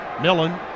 Millen